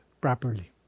properly